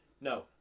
No